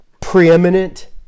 preeminent